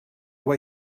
way